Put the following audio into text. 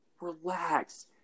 relax